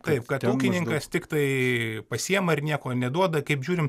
taip kad ūkininkas tiktai pasiima ir nieko neduoda kaip žiūrim